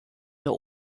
der